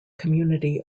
community